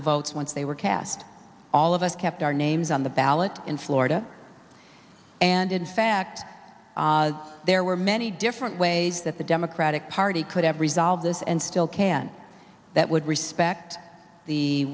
the votes once they were cast all of us kept our names on the ballot in florida and in fact there were many different ways that the democratic party could have resolved this and still can that would respect the